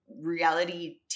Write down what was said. reality